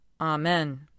Amen